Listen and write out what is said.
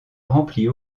remplit